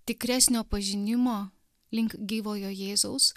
tikresnio pažinimo link gyvojo jėzaus